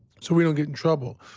so we don't get in trouble.